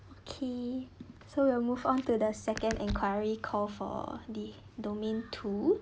okay so we'll move on to the second enquiry call for the domain tool